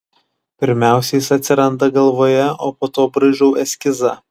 pirmiausia jis atsiranda galvoje o po to braižau eskizą